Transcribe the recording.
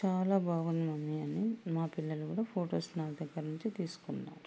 చాలా బాగుంది మమ్మీ అని నా పిల్లలు కూడా ఫొటోస్ నా దగ్గర నుంచి తీసుకున్నారు